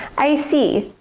i see.